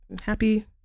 happy